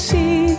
See